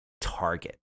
Target